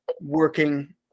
working